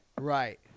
Right